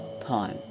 poem